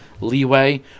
leeway